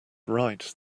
right